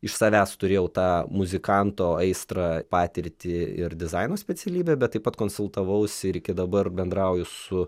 iš savęs turėjau tą muzikanto aistrą patirtį ir dizaino specialybę bet taip pat konsultavausi ir iki dabar bendrauju su